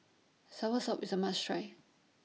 Soursop IS A must Try